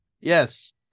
Yes